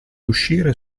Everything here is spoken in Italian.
uscire